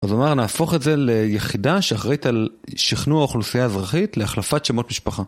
אז הוא אמר, נהפוך את זה ליחידה שאחראית על שכנוע אוכלוסייה אזרחית להחלפת שמות משפחה.